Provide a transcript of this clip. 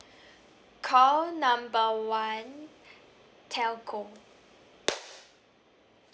call number one telco